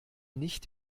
nicht